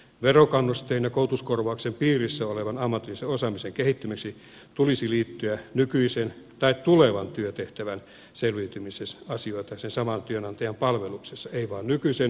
verokannusteen ja koulutuskorvauksen piirissä olevaan ammatillisen osaamisen kehittämiseen tulisi liittyä nykyisen tai tulevan työtehtävän selviytymisasioita sen saman työnantajan palveluksessa ei vain nykyisten vaan tulevien työtehtävien